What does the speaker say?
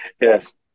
Yes